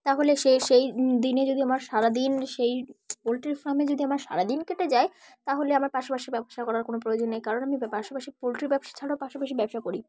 তাহলে সে সেই দিনে যদি আমার সারাদিন সেই পোলট্রির ফার্মে যদি আমার সারাদিন কেটে যায় তাহলে আমার পাশাপাশি ব্যবসা করার কোনো প্রয়োজন নেই কারণ আমি পাশাপাশি পোলট্রি ব্যবসা ছাড়াও পাশাপাশি ব্যবসা করি